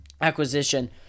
acquisition